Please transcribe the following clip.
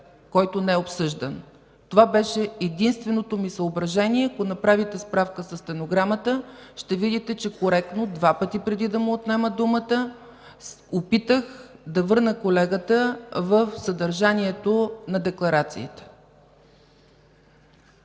който не е обсъждан. Това беше единственото ми съображение. Ако направите справка със стенограмата, ще видите, че коректно два пъти, преди да му отнема думата, опитах да върна колегата в съдържанието на декларацията.